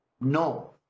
No